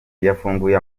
yafunguye